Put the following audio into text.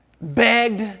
begged